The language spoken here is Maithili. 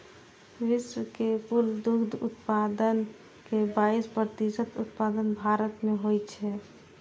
विश्व के कुल दुग्ध उत्पादन के बाइस प्रतिशत उत्पादन भारत मे होइ छै